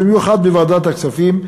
במיוחד בוועדת הכספים,